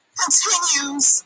continues